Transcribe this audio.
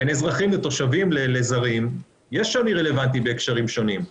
בין אזרחים לתושבים לזרים יש שוני רלוונטי בהקשרים שונים,